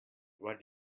what